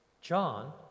John